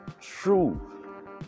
true